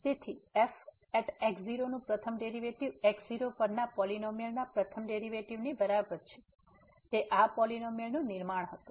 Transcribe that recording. તેથી f at x0 નું પ્રથમ ડેરીવેટીવ x0 પરના પોલીનોમીઅલ ના પ્રથમ ડેરીવેટીવની બરાબર છે તે આ પોલીનોમીઅલ નું નિર્માણ હતું